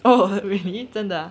oh really 真的 ah